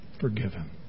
Forgiven